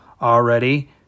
already